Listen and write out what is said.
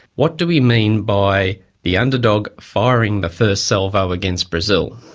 what do we mean by the underdog firing the first salvo against brazil?